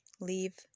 Leave